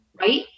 Right